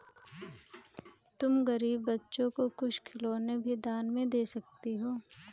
तुम गरीब बच्चों को कुछ खिलौने भी दान में दे सकती हो